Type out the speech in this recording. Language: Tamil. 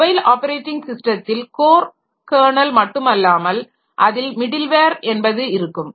மொபைல் ஆப்பரேட்டிங் ஸிஸ்டத்தில் கோர் கெர்னல் மட்டுமல்லாமல் அதில் மிடில் வேர் என்பது இருக்கும்